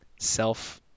self